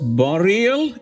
burial